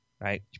right